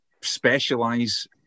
specialize